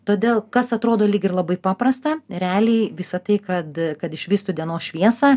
todėl kas atrodo lyg ir labai paprasta realiai visa tai kad kad išvystų dienos šviesą